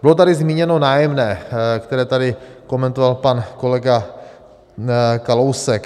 Bylo tady zmíněno nájemné, které tady komentoval pan kolega Kalousek.